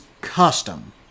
custom